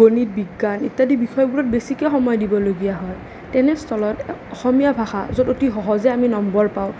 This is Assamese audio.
গণিত বিজ্ঞান ইত্যাদি বিষয়বোৰত বেছিকৈ সময় দিবলগীয়া হয় তেনেস্থলত অসমীয়া ভাষা য'ত অতি সহজে আমি নম্বৰ পাওঁ